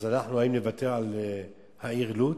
אז אנחנו נוותר על העיר לוד?